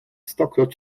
stokroć